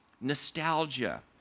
nostalgia